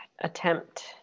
attempt